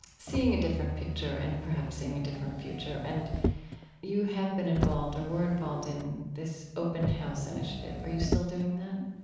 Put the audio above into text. seeing a different picture and perhaps seeing a different future. and you have been involved or were involved in this open house initiative. are you still doing that?